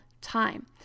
time